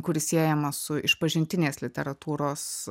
kuri siejama su išpažintinės literatūros